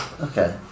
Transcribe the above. Okay